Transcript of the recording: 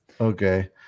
okay